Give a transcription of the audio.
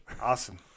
Awesome